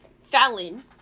Fallon